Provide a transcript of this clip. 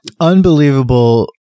unbelievable